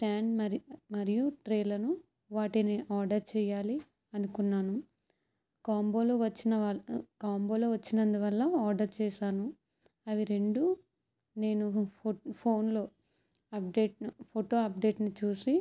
stand మరియు ట్రేలను వాటిని ఆర్డర్ చేయాలి అనుకున్నాను కాంబోలో వచ్చిన కాంబోలో వచ్చినందువల్ల ఆర్డర్ చేశాను అవి రెండు నేను ఫోన్లో అప్డేట్ ఫోటో అప్డేట్ని చూసి